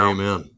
Amen